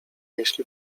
jeśli